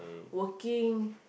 working